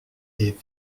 est